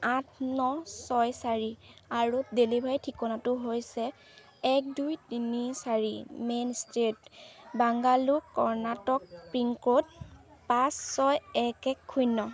আঠ ন ছয় চাৰি আৰু ডেলিভাৰীৰ ঠিকনাটো হৈছে এক দুই তিনি চাৰি main street Bangalore Karnataka pin code পাঁচ ছয় এক এক শূন্য